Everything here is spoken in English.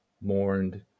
mourned